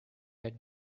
had